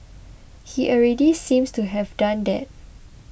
he already seems to have done that